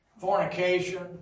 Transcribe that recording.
fornication